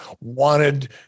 wanted